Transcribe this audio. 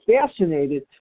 fascinated